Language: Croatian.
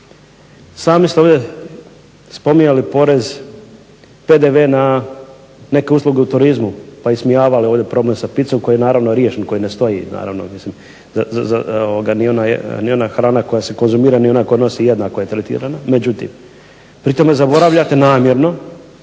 Sami ste ovdje spominjali porez PDV na neke usluge u turizmu pa ismijavali ovdje problem sa pizzom koji je naravno riješen, koji ne stoji, naravno ni ona koja se konzumira ni ona koja nosi jednako je tretirana. Međutim, pri tome zaboravljate namjerno